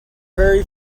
very